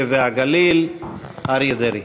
ופיתוח הפריפריה, הנגב והגליל אריה דרעי.